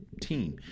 team